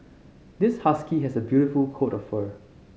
this husky has a beautiful coat of fur